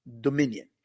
dominion